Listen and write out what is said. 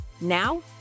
Now